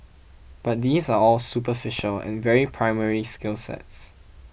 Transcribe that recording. but these are all superficial and very primary skill sets